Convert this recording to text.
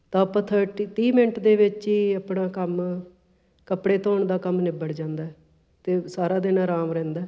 ਤਾਂ ਆਪਾਂ ਥਰਟੀ ਤੀਹ ਮਿੰਟ ਦੇ ਵਿੱਚ ਹੀ ਆਪਣਾ ਕੰਮ ਕੱਪੜੇ ਧੋਣ ਦਾ ਕੰਮ ਨਿੱਬੜ ਜਾਂਦਾ ਅਤੇ ਸਾਰਾ ਦਿਨ ਅਰਾਮ ਰਹਿੰਦਾ